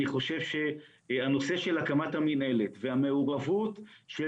אני חושב שהנושא של הקמת המינהלת והמעורבות של